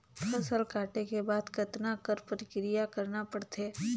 फसल काटे के बाद कतना क प्रक्रिया करना पड़थे?